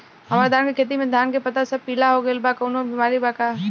हमर धान के खेती में धान के पता सब पीला हो गेल बा कवनों बिमारी बा का?